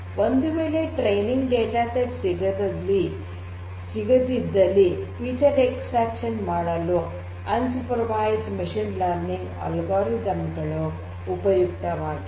ಒಂದು ವೇಳೆ training data ಸಿಗದಿದ್ದಲ್ಲಿ ಫೀಚರ್ ಎಕ್ಸ್ಟ್ರಾಕ್ಷನ್ ಮಾಡಲು unsupervised machine learning algorithm ಗಳು ಉಪಯುಕ್ತವಾಗಿವೆ